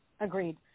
Agreed